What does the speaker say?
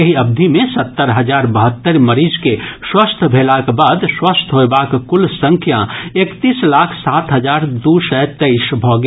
एहि अवधि मे सत्तर हजार बहत्तरि मरीज के स्वस्थ भेलाक बाद स्वस्थ होयबाक कुल संख्या एकतीस लाख सात हजार दू सय तेईस भऽ गेल